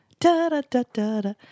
Da-da-da-da-da